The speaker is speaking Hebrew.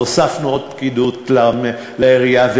והוספנו עוד פקידות לעירייה,